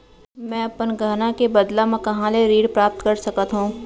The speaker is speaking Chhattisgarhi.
मै अपन गहना के बदला मा कहाँ ले ऋण प्राप्त कर सकत हव?